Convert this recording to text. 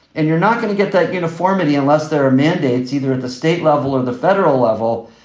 and you're not going to get that uniformity unless there are mandates either at the state level or the federal level.